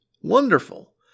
Wonderful